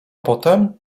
potem